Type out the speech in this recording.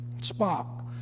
Spock